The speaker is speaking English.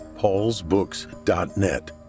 paulsbooks.net